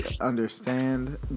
understand